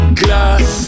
glass